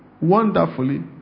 wonderfully